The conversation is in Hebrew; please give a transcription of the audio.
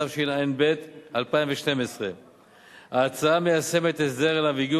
התשע"ב 2012. ההצעה מיישמת הסדר שאליו הגיעו